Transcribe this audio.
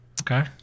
Okay